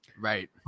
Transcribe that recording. Right